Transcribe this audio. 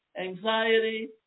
anxiety